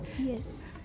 Yes